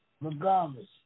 regardless